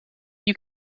you